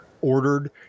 ordered